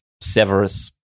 Severus